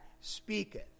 speaketh